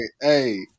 hey